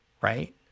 Right